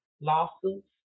lawsuits